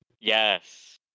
yes